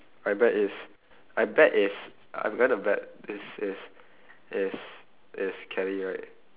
I bet it's I bet it's I'm going to bet it's it's it's it's kelly right